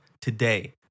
today